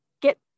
get